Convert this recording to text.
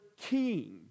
king